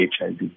HIV